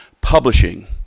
Publishing